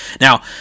Now